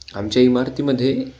आमच्या इमारतीमध्ये